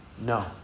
No